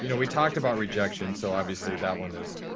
you know we talked about rejection, so obviously that one is,